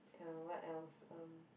uh what else um